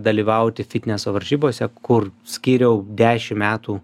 dalyvauti fitneso varžybose kur skyriau dešimt metų